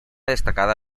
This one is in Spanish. destacada